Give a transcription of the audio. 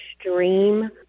extreme